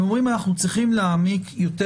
הם אומרים שהם צריכים להעמיק יותר